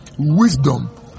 Wisdom